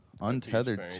Untethered